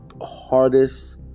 hardest